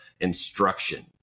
instruction